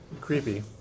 Creepy